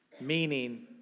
meaning